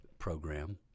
Program